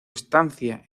estancia